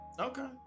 okay